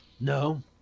No